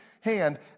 hand